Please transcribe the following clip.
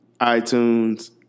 iTunes